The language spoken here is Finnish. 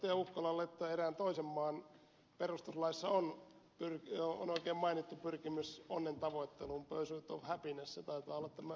ukkolalle että erään toisen maan perustuslaissa on oikein mainittu pyrkimys onnen tavoitteluun the pursuit of happiness